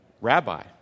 rabbi